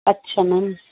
ਅੱਛਾ ਮੈਮ